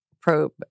probe